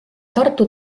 tartu